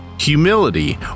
humility